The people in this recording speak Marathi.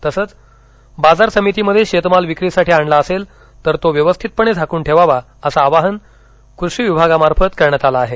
तसंच बाजार समितीमध्ये शेतमाल विक्रीसाठी आणला असेल तर तो व्यवस्थितपणे झाकून ठेवावा असं आवाहन कृषी विभागामार्फत करण्यात आलं आहे